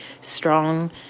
strong